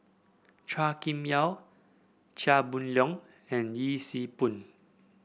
Chua Kim Yeow Chia Boon Leong and Yee Siew Pun